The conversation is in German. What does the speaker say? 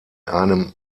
einem